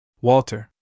Walter